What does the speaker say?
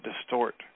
distort